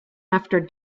after